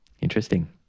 Interesting